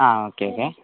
ആ okay okay